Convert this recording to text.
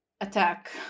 attack